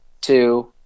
two